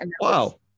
Wow